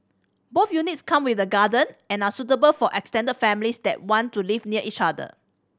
both units come with a garden and are suitable for extended families that want to live near each other